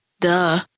Duh